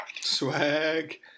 Swag